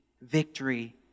victory